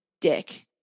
dick